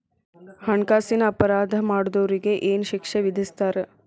ಹಣ್ಕಾಸಿನ್ ಅಪರಾಧಾ ಮಾಡ್ದೊರಿಗೆ ಏನ್ ಶಿಕ್ಷೆ ವಿಧಸ್ತಾರ?